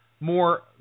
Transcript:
more